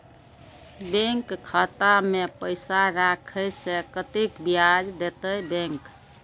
Bank खाता में पैसा राखे से कतेक ब्याज देते बैंक?